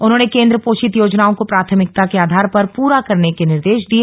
उन्होंने केन्द्र पोषित योजनाओं को प्राथमिकता के आधार पर पूरा करने के निर्देश दिए